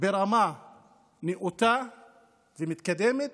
ברמה נאותה ומתקדמת,